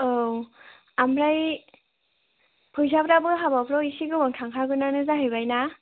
औ ओमफ्राय फैसाफोराबो हाबाफोराव एसे गोबां थांखागोनानो जाहैबाय ना